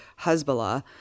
Hezbollah